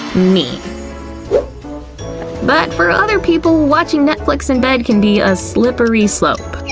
me but for other people, watching netflix in bed can be a slippery slope.